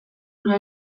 ura